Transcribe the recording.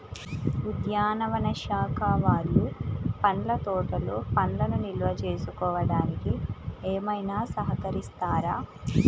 ఉద్యానవన శాఖ వాళ్ళు పండ్ల తోటలు పండ్లను నిల్వ చేసుకోవడానికి ఏమైనా సహకరిస్తారా?